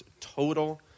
total